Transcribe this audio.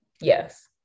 Yes